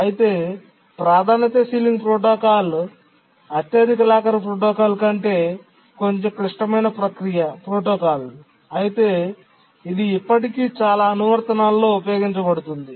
అయితే ప్రాధాన్యత ceiling protocol అత్యధిక లాకర్ ప్రోటోకాల్ కంటే కొంచెం క్లిష్టమైన ప్రోటోకాల్ అయితే ఇది ఇప్పటికీ చాలా అనువర్తనాల్లో ఉపయోగించబడుతుంది